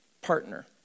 partner